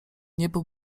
niebo